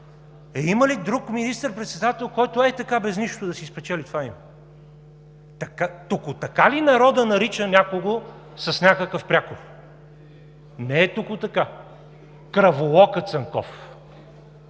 Има ли друг министър-председател, който ей така, без нищо, да си спечели това име? Току-така ли народът нарича някого с някакъв прякор? Не е току-така – кръволока Цанков.